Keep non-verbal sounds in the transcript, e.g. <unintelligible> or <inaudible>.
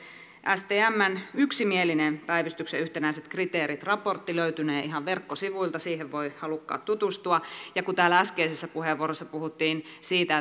stmn yksimielinen päivystyksen yhtenäiset kriteerit raportti löytynee ihan verkkosivuilta siihen voivat halukkaat tutustua ja kun täällä äskeisessä puheenvuorossa puhuttiin siitä <unintelligible>